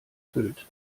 füllt